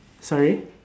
sorry